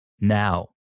now